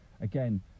again